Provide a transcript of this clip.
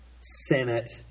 Senate